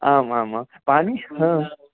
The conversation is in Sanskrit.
आम् आम् आम् पानी ह